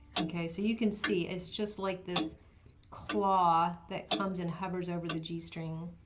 okay, so you can see it's just like this claw that comes and hovers over the g string.